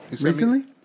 Recently